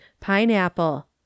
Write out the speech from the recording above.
pineapple